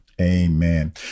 Amen